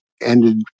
ended